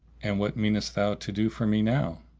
and what meanest thou to do for me now?